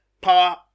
power